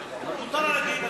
מותר לה, גם